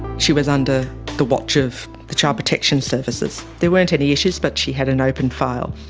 she was under the watch of the child protection services. there weren't any issues but she had an open file.